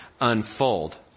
unfold